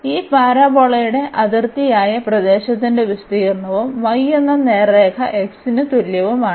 ഈ പരാബോളയുടെ അതിർത്തിയായ പ്രദേശത്തിന്റെ വിസ്തീർണ്ണവും y എന്ന നേർരേഖ x ന് തുല്യവുമാണ്